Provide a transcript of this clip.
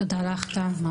תודה לך, טל.